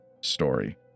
story